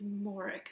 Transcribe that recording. more